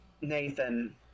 Nathan